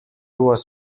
was